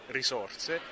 risorse